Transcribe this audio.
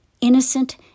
innocent